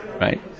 right